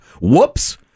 Whoops